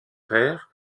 père